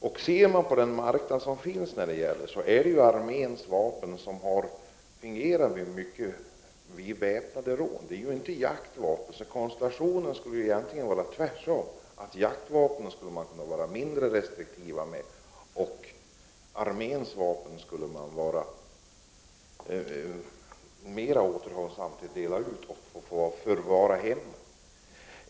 Om man ser på den marknad för vapen som finns kan man konstatera att det är arméns vapen som har förekommit vid väpnade rån, och inte jaktvapen. Förhållandet borde alltså utifrån detta vara precis tvärtom, nämligen att man kunde vara mindre restriktiv med jaktvapen och mer återhållsam vad gäller att dela ut arméns vapen och tillåta att dessa förvaras i hemmen.